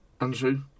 Andrew